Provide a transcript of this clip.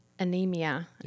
anemia